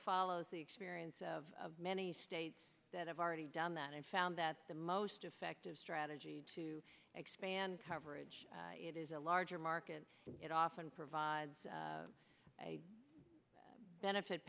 follows the experience of many states that have already done that and found that the most effective strategy to expand coverage it is a larger market and it often provides a benefit